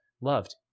loved